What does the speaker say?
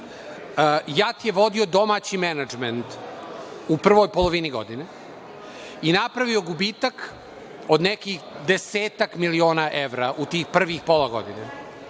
JAT je vodio domaći menadžment u prvoj polovini godine i napravio gubitak od nekih desetak miliona evra u tih prvih pola godine,